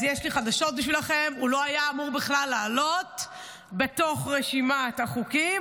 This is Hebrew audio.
אז יש לי חדשות בשבילכם: הוא לא היה אמור בכלל לעלות בתוך רשימת החוקים.